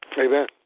Amen